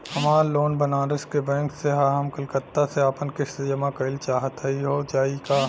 हमार लोन बनारस के बैंक से ह हम कलकत्ता से आपन किस्त जमा कइल चाहत हई हो जाई का?